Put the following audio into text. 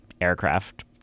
aircraft